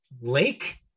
Lake